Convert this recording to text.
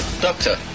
doctor